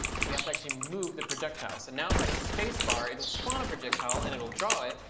we have to actually move the projectile. so now if i hit spacebar, it will spawn a projectile and it will draw it,